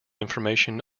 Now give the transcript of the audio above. information